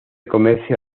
comercio